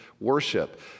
worship